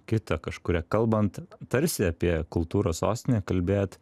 kitą kažkurią kalbant tarsi apie kultūros sostinę kalbėt